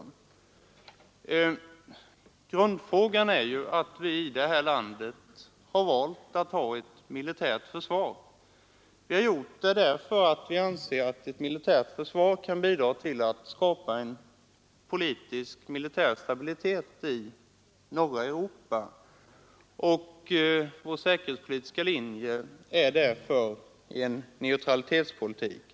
I grunden ligger att vi i detta land valt att ha ett militärt försvar. Vi har gjort det därför att vi har ansett att ett militärt försvar kan bidra till att skapa en politisk och militär stabilitet i norra Europa. Vår säkerhetspolitiska linje är därför neutralitetspolitikens.